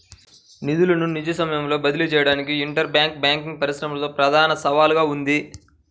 నిధులను నిజ సమయంలో బదిలీ చేయడానికి ఇంటర్ బ్యాంక్ బ్యాంకింగ్ పరిశ్రమలో ప్రధాన సవాలుగా ఉంది